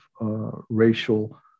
racial